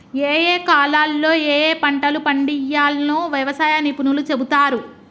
ఏయే కాలాల్లో ఏయే పంటలు పండియ్యాల్నో వ్యవసాయ నిపుణులు చెపుతారు